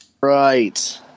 right